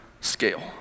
scale